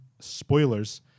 spoilers